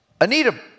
Anita